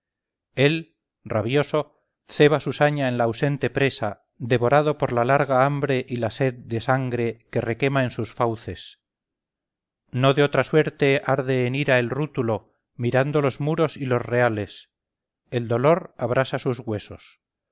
él rabioso ceba su saña en la ausente presa devorando por la larga hambre y la sed de sangre que requema en sus fauces no de otra suerte arde en ira el rútulo mirando los muros y los reales el dolor abrasa sus huesos